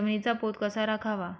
जमिनीचा पोत कसा राखावा?